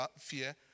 fear